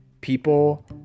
People